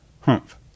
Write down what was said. Humph